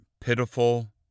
pitiful